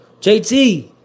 JT